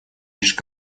лишь